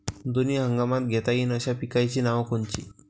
दोनी हंगामात घेता येईन अशा पिकाइची नावं कोनची?